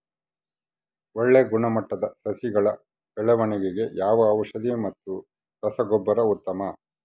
ಒಳ್ಳೆ ಗುಣಮಟ್ಟದ ಸಸಿಗಳ ಬೆಳವಣೆಗೆಗೆ ಯಾವ ಔಷಧಿ ಮತ್ತು ರಸಗೊಬ್ಬರ ಉತ್ತಮ?